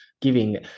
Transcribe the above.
giving